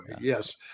yes